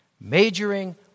Majoring